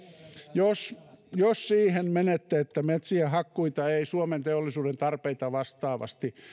jos jos siihen menette että metsien hakkuita ei suomen teollisuuden tarpeita vastaavasti